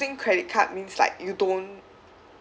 losing credit card means like you don't